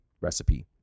recipe